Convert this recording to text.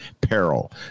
peril